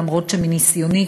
אף שמניסיוני,